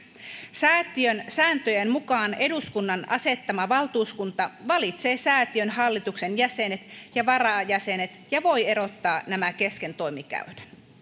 säätiön sääntöjen mukaan eduskunnan asettama valtuuskunta valitsee säätiön hallituksen jäsenet ja varajäsenet ja voi erottaa nämä kesken toimikauden